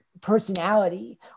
personality